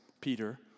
Peter